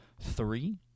Three